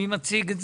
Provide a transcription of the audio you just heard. מי מציג?